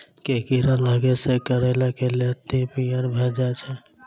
केँ कीड़ा लागै सऽ करैला केँ लत्ती पीयर भऽ जाय छै?